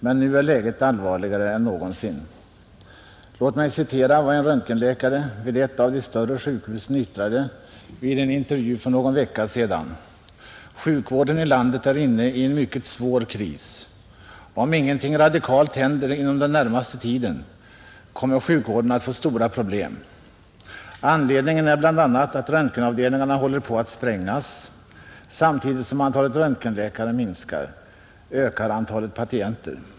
Men nu är läget allvarligare än någonsin, Låt mig citera vad en röntgenläkare vid ett av de större sjukhusen yttrade i en intervju för någon vecka sedan: ”Sjukvården i landet är inne i en mycket svår kris, Om ingenting radikalt händer inom den närmaste tiden kommer sjukvården att få stora problem, Anledningen är bl.a. att röntgenavdelningarna håller på att sprängas. Samtidigt som antalet röntgenläkare minskar, ökar antalet patienter.